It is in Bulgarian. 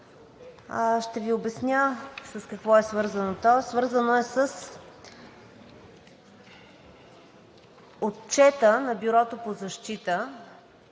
Ще Ви обясня с какво е свързано то. Свързано е с отчета на Бюрото по защита